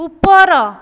ଉପର